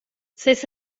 seis